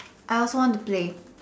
I also want to play